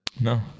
no